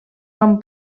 van